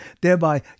Thereby